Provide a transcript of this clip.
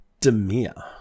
Demir